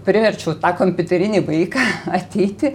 priverčiau tą kompiuterinį vaiką ateiti